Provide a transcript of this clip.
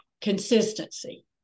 consistency